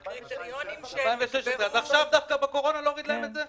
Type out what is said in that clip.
אז דווקא עכשיו בקורונה להוריד להם את זה?